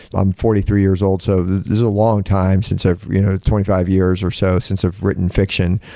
um forty three years old, so it's a long time since i've you know twenty five years or so since i've written fiction,